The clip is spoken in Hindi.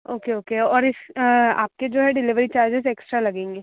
ओके ओके और इस आपके जो हैं डीलेवरी चारजेज एक्स्ट्रा लगेंगे